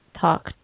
talk